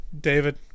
david